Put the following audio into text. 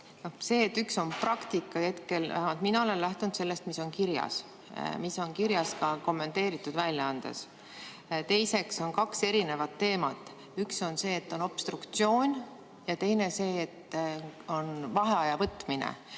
See, et üks on praktika hetkel, vähemalt mina olen lähtunud sellest, mis on kirjas – mis on kirjas ka kommenteeritud väljaandes. Teiseks on kaks erinevat teemat: üks on obstruktsioon ja teine on vaheaja võtmine.